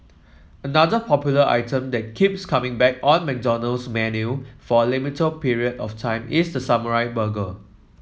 another popular item that keeps coming back on McDonald's menu for a limited period of time is the samurai burger